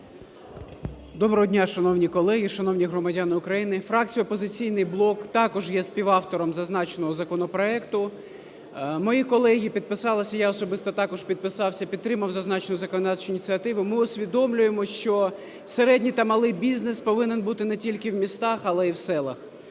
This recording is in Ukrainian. Доброго дня, шановні колеги, шановні громадяни України! Фракція "Опозиційний блок" також є співавтором зазначеного законопроекту. Мої колеги підписалися, і я особисто також підписався і підтримав зазначену законодавчу ініціативу. Ми усвідомлюємо, що середній та малий бізнес повинен бути не тільки в містах, але і в селах,